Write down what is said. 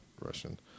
Russian